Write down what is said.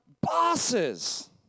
bosses